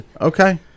Okay